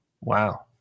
Wow